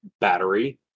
Battery